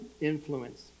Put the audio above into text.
influence